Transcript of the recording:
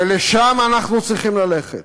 ולשם אנחנו צריכים ללכת,